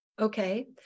Okay